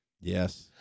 Yes